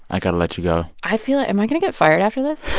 i got to let you go i feel am i going to get fired after this?